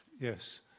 yes